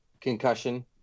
concussion